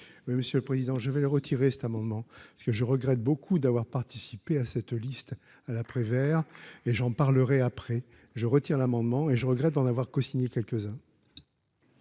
monsieur le président je vais le retirer cet amendement, ce que je regrette beaucoup d'avoir participé à cette liste à la Prévert et j'en parlerai après je retire l'amendement et je regrette d'en avoir cosigné quelques-uns.